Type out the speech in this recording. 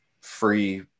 free